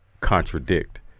contradict